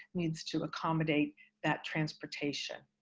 needs to accommodate that transportation.